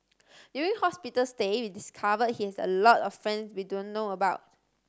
during hospital stay we discovered he has a lot of friends we don't know about